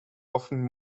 often